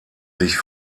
sich